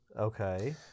Okay